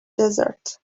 desert